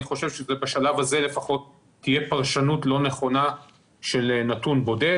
אני חושב שבשלב הזה לפחות זו תהיה פרשנות לא נכונה של נתון בודד.